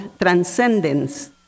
Transcendence